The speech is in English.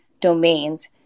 domains